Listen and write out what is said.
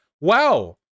Wow